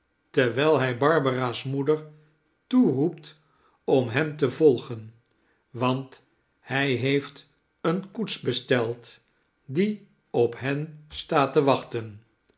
terwijl hij barbara's moeder toeroept om hem te volgen want hij heeft eene koets besteld die op hen staat te wachten